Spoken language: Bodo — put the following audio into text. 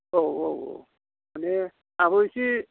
औ औ औ माने आंहाबो एसे